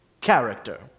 character